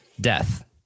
death